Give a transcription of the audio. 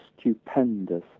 stupendous